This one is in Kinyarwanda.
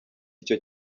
icyo